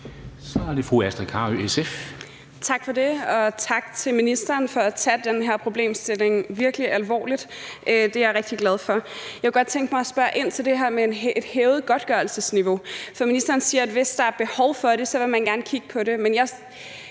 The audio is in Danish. Tak for det. Og tak til ministeren for at tage den her problemstilling virkelig alvorligt. Det er jeg rigtig glad for. Jeg kunne godt tænke mig at spørge ind til det her med et hævet godtgørelsesniveau, for ministeren siger, at hvis der er behov for det, vil man gerne kigge på det.